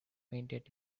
painted